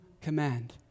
command